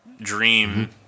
dream